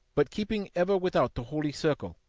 but keeping ever without the holy circle.